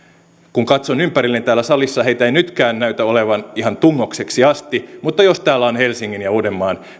kun katson ympärilleni täällä salissa heitä ei nytkään näytä olevan ihan tungokseksi asti mutta jos täällä on helsingin ja uudenmaan